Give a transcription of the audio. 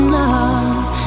love